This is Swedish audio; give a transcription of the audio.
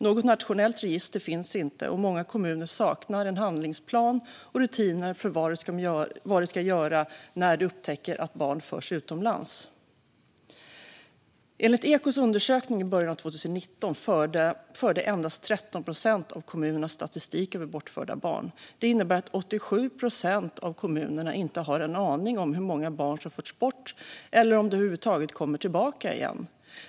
Något nationellt register finns inte, och många kommuner saknar handlingsplan och rutiner för vad de ska göra när de upptäcker att barn förs utomlands. Enligt Ekots undersökning i början av 2019 förde endast 13 procent av kommunerna statistik över bortförda barn. Det innebär att 87 procent av kommunerna inte har en aning om hur många barn som förts bort eller om de över huvud taget kommer tillbaka igen.